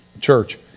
church